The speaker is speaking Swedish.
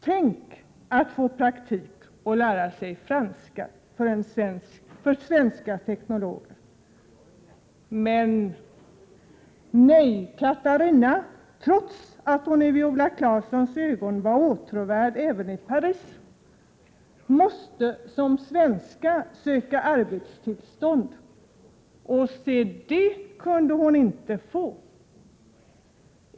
Tänk att få praktik och lära sig franska för svenska teknologer. Men Katarina, trots att hon i Viola Claessons ögon var åtråvärd även i Paris, måste som svenska söka arbetstillstånd. Och det kunde hon inte få.